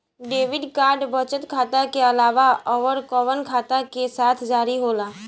Debit card बचत खाता के अलावा अउरकवन खाता के साथ जारी होला?